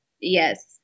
Yes